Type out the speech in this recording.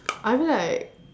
I feel like